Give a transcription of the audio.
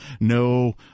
no